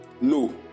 No